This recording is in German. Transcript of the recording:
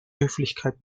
höflichkeit